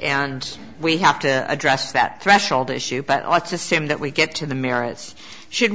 and we have to address that threshold issue but let's assume that we get to the merits should